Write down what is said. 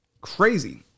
Crazy